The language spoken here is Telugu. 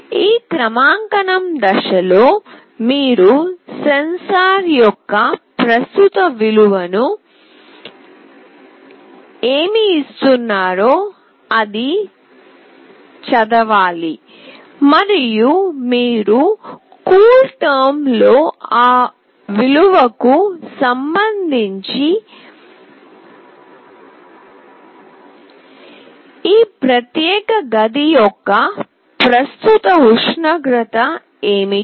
ఈ క్రమాంకనం దశలో మీరు సెన్సార్ యొక్క ప్రస్తుత విలువను ఏమి ఇస్తున్నారో అది చదవాలి మరియు మీరు కూల్టెర్మ్ లో ఆ విలువకు సంబంధించి ఈ ప్రత్యేక గది యొక్క ప్రస్తుత ఉష్ణోగ్రత ఏమిటి